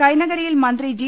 കൈനകരിയിൽ മന്ത്രി ജി